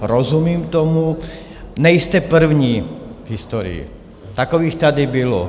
Rozumím tomu, nejste první v historii, takových tady bylo.